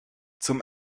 zum